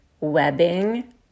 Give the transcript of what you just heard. webbing